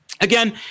Again